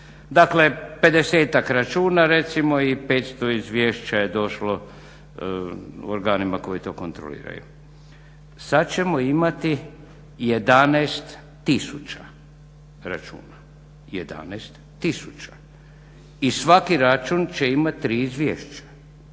dakle 50-tak računa recimo i 500 izvješća je došlo organima koji to kontroliraju. Sad ćemo imati 11 tisuća računa i svaki račun će imati 3 izvješća.